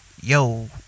yo